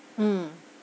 mm